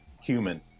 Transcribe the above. human